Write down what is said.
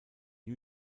new